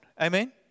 Amen